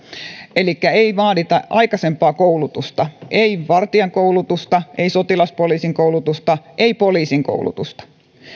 elikkä ei vaadita aikaisempaa koulutusta ei vartijan koulutusta ei sotilaspoliisin koulutusta ei poliisin koulutusta